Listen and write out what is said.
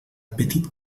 petit